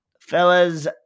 Fellas